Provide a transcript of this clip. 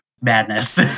madness